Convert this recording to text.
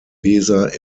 weser